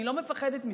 אני לא מפחדת מזה.